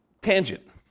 tangent